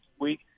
week